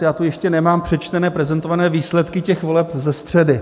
Já tu ještě nemám přečtené prezentované výsledky voleb ze středy.